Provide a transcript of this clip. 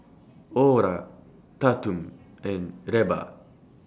Orla Tatum and Levar